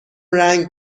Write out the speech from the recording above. رنگ